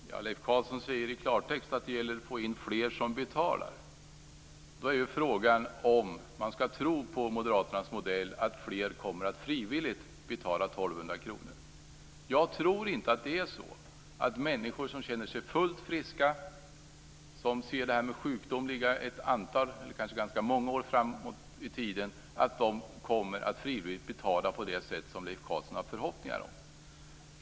Fru talman! Leif Carlson säger i klartext att det gäller att få in fler som betalar. Då är frågan om man skall tro på moderaternas modell att fler kommer att frivilligt betala 1 200 kr. Jag tror inte att det är så. Jag tror inte att människor som känner sig fullt friska och som ser det här med sjukdomar som något som ligger ganska många år framåt i tiden kommer att frivilligt betala på det sätt som Leif Carlson har förhoppningar om.